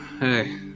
hey